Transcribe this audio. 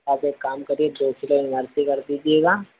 आप एक काम करिए दो किलो इमरती कर दीजिएगा